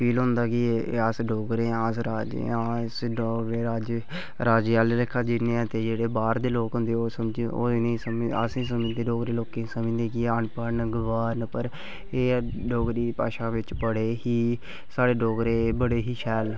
एह् फील होंदा कि अस डोगरे आं अस राजे आं इस दौर दे अस राजे आह्ले लेखा जीन्ने आं ते जेह्ड़े बाह्र दे लोग होंदे ते ओह् समझो असें गी समझदे न कि असें समझदे न अनपढ़ न गवार न पर एह् ऐ कि डोगरी भाशा बिच बड़े ही साढ़े डोगरे बड़े गै शैल न